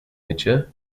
mycie